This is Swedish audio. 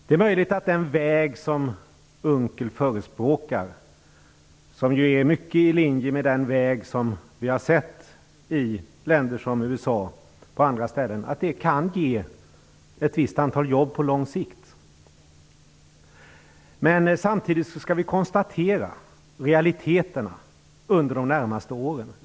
Det är möjligt att den väg som Unckel förespråkar - den är ju mycket i linje med den väg som vi har sett i länder som USA och på andra ställen - kan ge ett visst antal jobb på lång sikt. Men samtidigt kan vi konstatera hur realiteten ser ut under de närmaste åren.